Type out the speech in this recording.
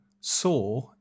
saw